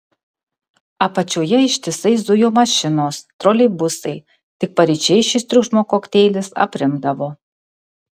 apačioje ištisai zujo mašinos troleibusai tik paryčiais šis triukšmo kokteilis aprimdavo